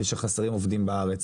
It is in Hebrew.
ושחסרים עובדים בארץ.